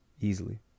easily